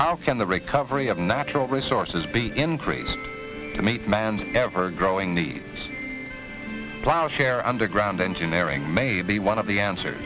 how can the recovery of natural resources be increased to meet manned ever growing need flowers care underground engineering may be one of the answer